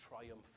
triumph